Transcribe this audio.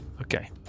Okay